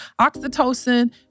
oxytocin